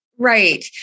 Right